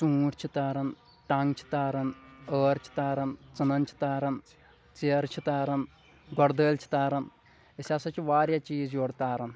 ژوٗنٹھۍ چھِ تاران ٹنگ چھِ تاران ٲر چھِ تاران ژٕنَن چھِ تاران ژِیرٕ چھِ تاران گۄڈٕ دٲلۍ چھِ تاران أسۍ ہسا چھِ واریاہ چیٖز یورٕ تاران